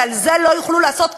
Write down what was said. ועל זה לא יוכלו לעשות קופה,